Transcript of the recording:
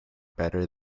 better